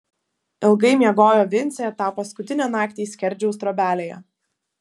ilgai miegojo vincė tą paskutinę naktį skerdžiaus trobelėje